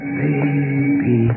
baby